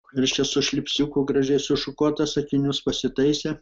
reiškia su šlipsiuku gražiai sušukuotas akinius pasitaisė